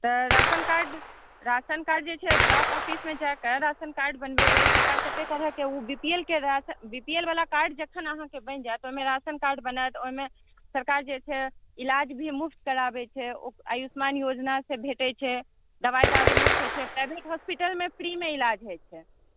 तऽ ration card ration card जे छै ब्लॉक ऑफिसमे जाकऽ राशनकार्ड बनवेबै सरकार कते तरहके ओ बी पी एल के राशन बी पी एल वाला कार्ड जखन अहाँकेँ बनि जाएत ओहिमे राशनकार्ड बनायत ओहिमे सरकार जे छै ईलाज भी मुफ्त कराबै छै ओ आयुष्मान योजना से भेटै छै दवाई दारु मुफ्त होइ छै प्राइवेट हॉस्पिटलमे फ्रीमे ईलाज होइ छै